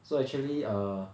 so actually err